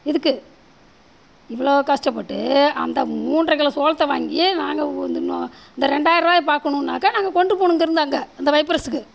இதுக்கு இவ்வளோ கஷ்டப்பட்டு அந்த மூன்றரை கிலோ சோளத்தை வாங்கி நாங்கள் உ இந்த நோ இந்த ரெண்டாயர ருபாய பார்க்கணுன்னாக்கா நாங்கள் கொண்டு போகணும் இங்கேயிருந்து அங்கே அந்த வைப்ரெஸ்ஸுக்கு